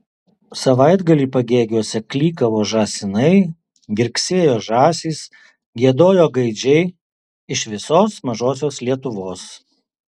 savaitgalį pagėgiuose klykavo žąsinai girgsėjo žąsys giedojo gaidžiai iš visos mažosios lietuvos